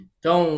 Então